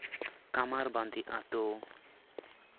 ᱠᱟᱸᱢᱟᱨ ᱵᱟᱸᱫᱤ ᱟᱛᱳ